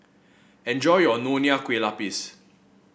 enjoy your Nonya Kueh Lapis